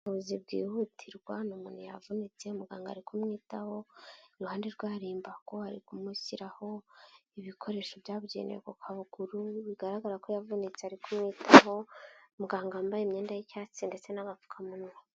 Ubuvuzi bwihutirwa, ni umuntu yavunitse, muganga ari kumwitaho, iruhande rwe hari imbago, ari kumushyiraho ibikoresho byabugenewe ku kaguru, bigaragara ko yavunitse ari kumwitaho, muganga wambaye imyenda y'icyatsi ndetse n'agapfukamunwa.